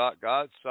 God's